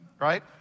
right